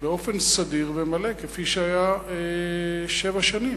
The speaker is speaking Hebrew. באופן סדיר ומלא כפי שהיה שבע שנים.